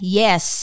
yes